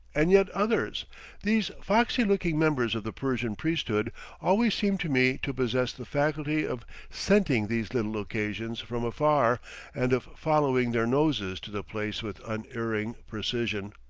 and yet others these foxy-looking members of the persian priesthood always seem to me to possess the faculty of scenting these little occasions from afar and of following their noses to the place with unerring precision.